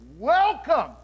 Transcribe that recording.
welcome